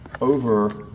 over